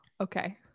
okay